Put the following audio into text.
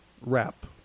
wrap